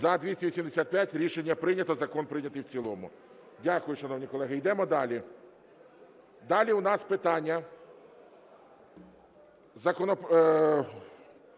За-285 Рішення прийнято. Закон прийнятий в цілому. Дякую, шановні колеги. Йдемо далі. Далі у нас питання